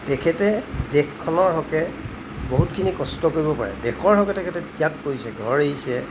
তেখেতে দেশখনৰ হকে বহুতখিনি কষ্ট কৰিব পাৰে দেশৰ হকে তেখেতে ত্যাগ কৰিছে ঘৰ এৰিছে